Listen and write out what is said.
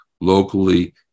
locally